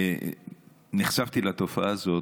ונחשפתי לתופעה הזאת,